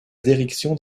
direction